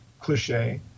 cliche